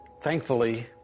Thankfully